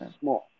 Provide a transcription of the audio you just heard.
small